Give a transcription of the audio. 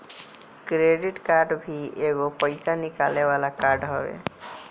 credit card भी एगो पईसा निकाले वाला कार्ड हवे